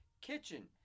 Kitchen